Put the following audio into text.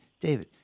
David